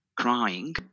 crying